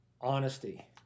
honesty